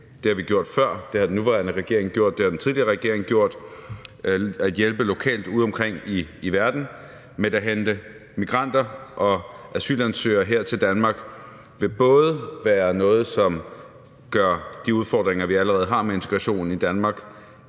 Det har vi gjort før. Det har den nuværende regering gjort, det har den tidligere regering gjort – hjulpet lokalt udeomkring i verden. Men at hente migranter og asylansøgere her til Danmark vil være noget, som gør de udfordringer, vi allerede har med integrationen i Danmark,